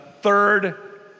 third